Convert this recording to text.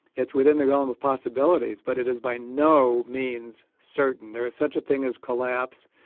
it's within the realm of possibilities, but it is by no means certain. there is such a thing as collapse.